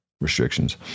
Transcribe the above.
Restrictions